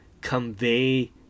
convey